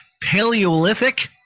Paleolithic